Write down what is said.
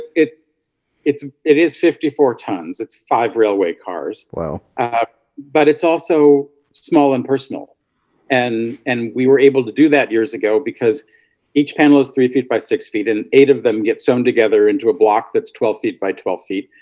it's it's it is fifty four tons, it's five railway cars well ah but it's also small and personal and and we were able to do that years ago because you panel is three feet by six feet and eight of them get sewn together into a block that's twelve feet by twelve feet.